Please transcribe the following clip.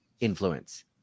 influence